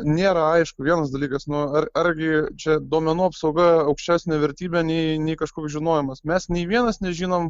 nėra aišku vienas dalykas nu ar argi čia duomenų apsauga aukštesnė vertybė nei nei kažkoks žinojimas mes nei vienas nežinom